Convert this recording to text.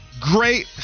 Great